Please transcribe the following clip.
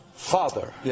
Father